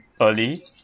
early